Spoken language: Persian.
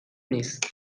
نیست